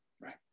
right